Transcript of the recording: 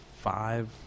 five